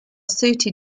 suited